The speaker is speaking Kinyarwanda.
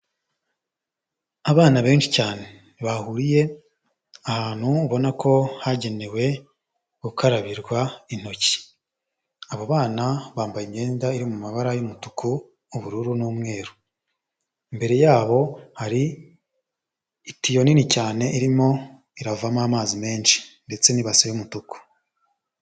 Abana benshi cyane bahuriye ahantu mbona ko hagenewe gukarabirwa intoki, abo bana bambaye imyenda iri mu mabara y'umutuku ubururu n'umweru, imbere yabo hari itiyo nini cyane irimo iravamo amazi menshi ndetse n'ibase y'umutuku.